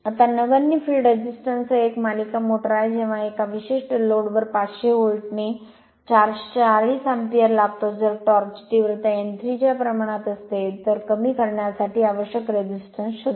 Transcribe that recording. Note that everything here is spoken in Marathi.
आता नगण्य फील्ड रेझिस्टन्स सह एक मालिका मोटर आहे जेव्हा एका विशिष्ट लोड वर 500 व्होल्टने 40 एम्पीयर लागतो जर टॉर्क ची तीव्रता n3 च्या प्रमाणात असते तर कमी करण्यासाठी आवश्यक प्रतिकार शोधा